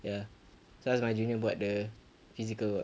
ya so I asked my junior about the physical